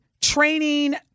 training